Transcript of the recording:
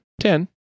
Ten